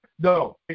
No